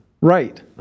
right